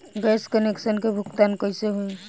Gas connection के भुगतान कैसे होइ?